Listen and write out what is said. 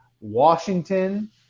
Washington